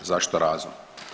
Zašto razum?